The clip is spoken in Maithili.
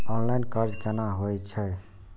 ऑनलाईन कर्ज केना होई छै?